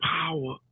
power